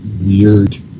weird